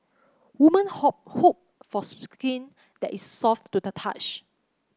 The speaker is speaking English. women hope hope for skin that is soft to the touch